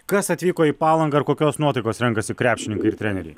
kas atvyko į palangą ir kokios nuotaikos renkasi krepšininkai ir treneriai